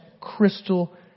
crystal